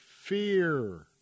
fear